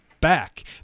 back